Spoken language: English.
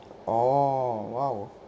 orh !wow!